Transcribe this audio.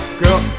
girl